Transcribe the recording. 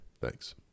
Thanks